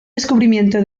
descubrimiento